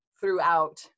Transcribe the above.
throughout